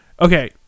Okay